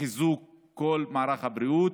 לחיזוק כל מערך הבריאות.